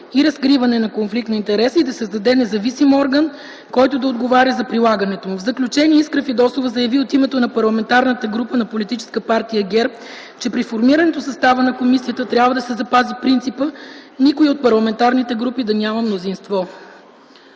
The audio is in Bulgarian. и разкриване на конфликт на интереси и да създаде независим орган, който да отговаря за прилагането му. В заключение Искра Фидосова заяви от името на Парламентарната група на политическа партия ГЕРБ, че при формирането на състава на комисията трябва да се запази принципът никоя от парламентарните групи да няма мнозинство.